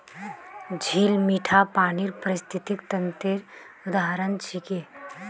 झील मीठा पानीर पारिस्थितिक तंत्रेर उदाहरण छिके